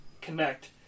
connect